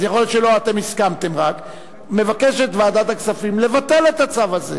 לבטל את הצו הזה.